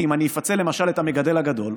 כי אם אני אפצה, למשל, את המגדל הגדול,